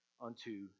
unto